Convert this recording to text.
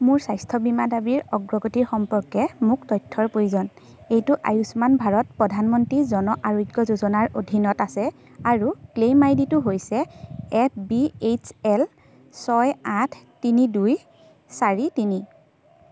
মোৰ স্বাস্থ্য বীমা দাবীৰ অগ্ৰগতি সম্পৰ্কে মোক তথ্যৰ প্ৰয়োজন এইটো আয়ুষ্মান ভাৰত প্ৰধানমন্ত্ৰী জন আৰোগ্য যোজনাৰ অধীনত আছে আৰু ক্লেইম আই ডিটো হৈছে এফ বি এইচ এল ছয় আঠ তিনি দুই চাৰি তিনি